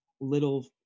little